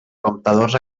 comptadors